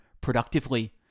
productively